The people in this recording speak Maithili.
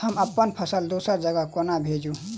हम अप्पन फसल दोसर जगह कोना भेजू?